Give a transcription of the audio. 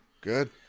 good